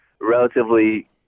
relatively